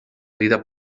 vida